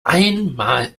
einmal